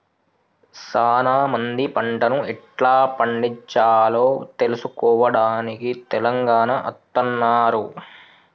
సానా మంది పంటను ఎట్లా పండిచాలో తెలుసుకోవడానికి తెలంగాణ అత్తన్నారు